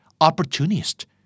Opportunist